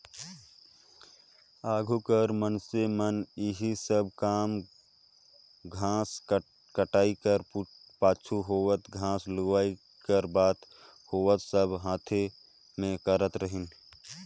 आघु कर समे में एही सब काम घांस कटई कर पाछू होए घांस लुवई कर बात होए सब हांथे में करत रहिन